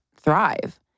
thrive